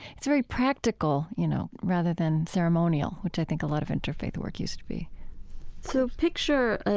it's very practical, you know, rather than ceremonial, which i think a lot of interfaith work used to be so picture, ah